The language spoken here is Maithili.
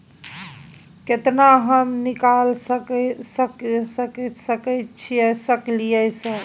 केतना हम निकाल सकलियै सर?